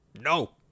no